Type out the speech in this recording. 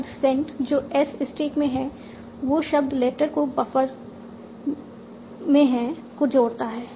शब्द सेंट जो S stack में है वो शब्द लेटर जो बफर में है को जोड़ता है